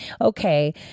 okay